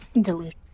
Delete